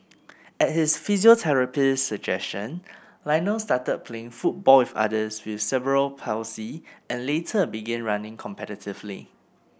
at his physiotherapist's suggestion Lionel started playing football with others with cerebral palsy and later began running competitively